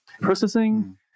processing